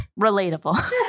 relatable